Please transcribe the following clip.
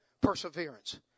Perseverance